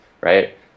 right